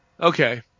Okay